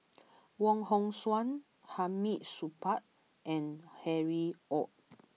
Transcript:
Wong Hong Suen Hamid Supaat and Harry Ord